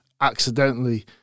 accidentally